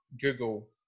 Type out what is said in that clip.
Google